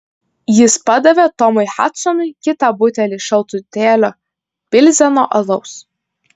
jis padavė tomui hadsonui kitą butelį šaltutėlio pilzeno alaus